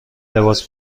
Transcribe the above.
لباس